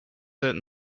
set